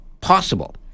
possible